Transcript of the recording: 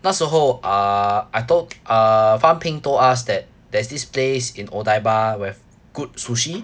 那时候 ah I told ah fang ping told us that there's this place in odaiba will have good sushi